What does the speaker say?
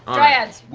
um dryads.